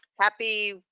Happy